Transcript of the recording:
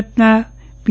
સુરતના પી